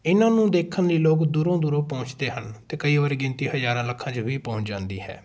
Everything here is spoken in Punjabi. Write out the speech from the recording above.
ਇਹਨਾਂ ਨੂੰ ਦੇਖਣ ਲਈ ਲੋਕ ਦੂਰੋਂ ਦੂਰੋਂ ਪਹੁੰਚਦੇ ਹਨ ਅਤੇ ਕਈ ਵਾਰੀ ਗਿਣਤੀ ਹਜ਼ਾਰਾਂ ਲੱਖਾਂ 'ਚ ਵੀ ਪਹੁੰਚ ਜਾਂਦੀ ਹੈ